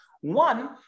One